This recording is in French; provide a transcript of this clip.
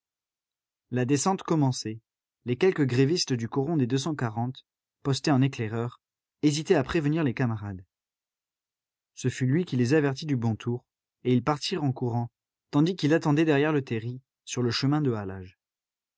la descente commençait les quelques grévistes du coron des deux cent quarante postés en éclaireurs hésitaient à prévenir les camarades ce fut lui qui les avertit du bon tour et ils partirent en courant tandis qu'il attendait derrière le terri sur le chemin de halage